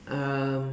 um